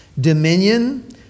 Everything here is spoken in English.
dominion